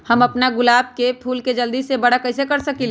हम अपना गुलाब के फूल के जल्दी से बारा कईसे कर सकिंले?